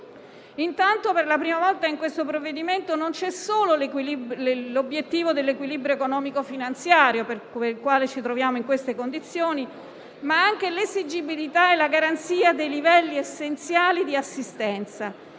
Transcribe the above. Intanto, per la prima volta, nel provvedimento in esame non c'è solo l'obiettivo dell'equilibrio economico-finanziario, per il quale ci troviamo in queste condizioni, ma anche quello dell'esigibilità e della garanzia dei livelli essenziali di assistenza.